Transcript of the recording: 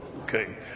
Okay